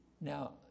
Now